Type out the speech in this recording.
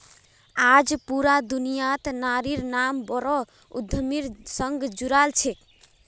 आज पूरा दुनियात नारिर नाम बोरो उद्यमिर संग जुराल छेक